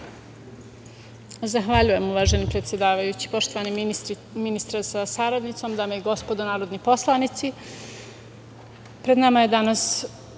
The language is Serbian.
Zahvaljujem uvaženi predsedavajući. Poštovani ministre sa saradnicom, dame i gospodo narodni poslanici, pred nama je danas